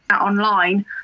online